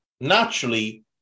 naturally